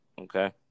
okay